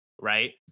right